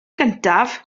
gyntaf